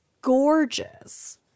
gorgeous